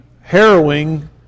harrowing